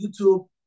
YouTube